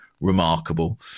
remarkable